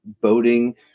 boating